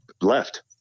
left